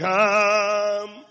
Come